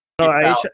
Aisha